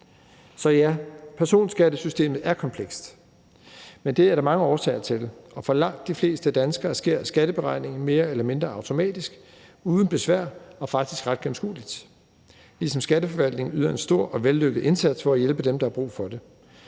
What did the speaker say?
Så ja, personskattesystemet er komplekst, men det er der mange årsager til, og for langt de fleste danskere sker skatteberegningen mere eller mindre automatisk uden besvær og er faktisk ret gennemskueligt, ligesom Skatteforvaltningen yder en stor og vellykket indsats for at hjælpe dem, der har brug for det.